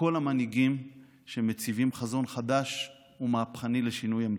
כל המנהיגים שמציבים חזון חדש ומהפכני לשינוי המציאות: